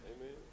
Amen